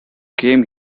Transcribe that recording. came